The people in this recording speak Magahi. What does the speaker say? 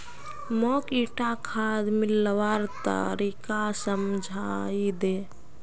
मौक ईटा खाद मिलव्वार तरीका समझाइ दे